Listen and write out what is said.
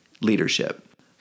leadership